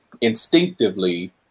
instinctively